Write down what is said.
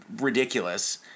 ridiculous